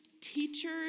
teachers